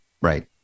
Right